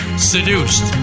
Seduced